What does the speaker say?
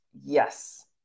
Yes